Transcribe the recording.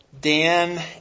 Dan